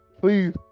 please